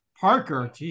Parker